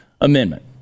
Amendment